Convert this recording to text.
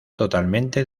totalmente